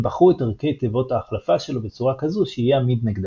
הם בחרו את ערכי תיבות ההחלפה שלו בצורה כזו שיהיה עמיד נגדה.